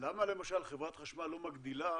למה למשל חברת חשמל לא מגדילה